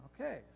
Okay